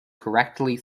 correctly